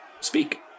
speak